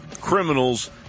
criminals